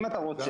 אם אתה רוצה,